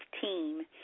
team